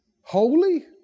holy